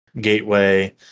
Gateway